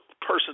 person